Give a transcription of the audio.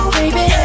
baby